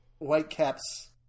Whitecaps